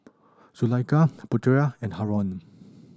Zulaikha Putera and Haron